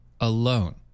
alone